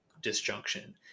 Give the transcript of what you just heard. disjunction